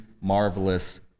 marvelous